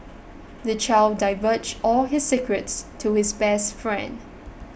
the child divulged all his secrets to his best friend